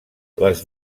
les